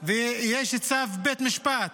ויש צו בית משפט